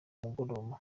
mugoroba